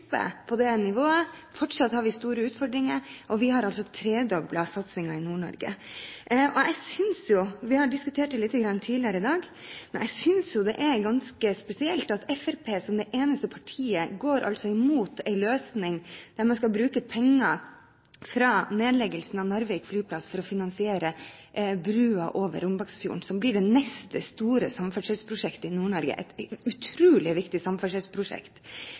oppe på det nivået – fortsatt har vi store utfordringer, men vi har altså tredoblet satsingen i Nord-Norge. Vi har diskutert det litt tidligere i dag, men jeg synes jo det er ganske spesielt at Fremskrittspartiet som det eneste partiet går imot en løsning der man skal bruke penger etter nedleggelsen av Narvik flyplass til å finansiere brua over Rombaksfjorden, som blir det neste store samferdselsprosjektet i Nord-Norge – et utrolig viktig samferdselsprosjekt.